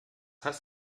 heißt